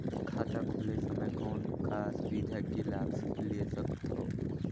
खाता खोले समय कौन का सुविधा के लाभ ले सकथव?